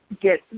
get